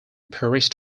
perished